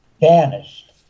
vanished